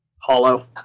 hollow